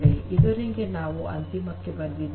ಇದರೊಂದಿಗೆ ನಾವು ಅಂತಿಮಕ್ಕೆ ಬಂದಿದ್ದೇವೆ